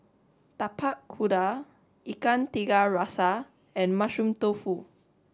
Tapak Kuda Ikan Tiga Rasa and Mushroom Tofu